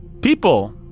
people